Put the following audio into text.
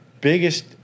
biggest